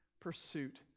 pursuit